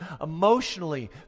emotionally